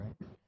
right